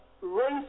race